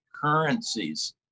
currencies